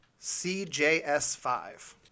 CJS5